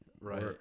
right